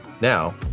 Now